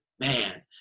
Man